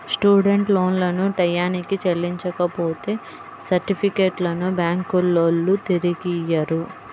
student లోన్లను టైయ్యానికి చెల్లించపోతే సర్టిఫికెట్లను బ్యాంకులోల్లు తిరిగియ్యరు